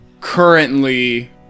currently